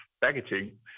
packaging